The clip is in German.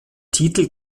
titel